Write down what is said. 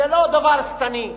זה לא דבר שטני,